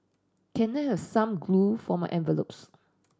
can I have some glue for my envelopes